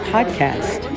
Podcast